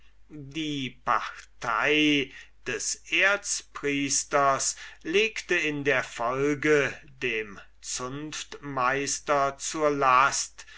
die partei des erzpriesters legte in der folge dem zunftmeister zur last